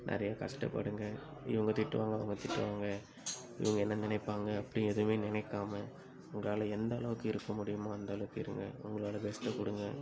நிறைய கஷ்டப்படுங்க இவங்க திட்டுவாங்க அவங்க திட்டுவாங்க இவங்க என்ன நினைப்பாங்க அப்படி எதுவுமே நினைக்காம உங்களால் எந்தளவுக்கு இருக்க முடியுமோ அந்தளவுக்கு இருங்க உங்களோட பெஸ்ட்டைக் கொடுங்க